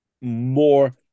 more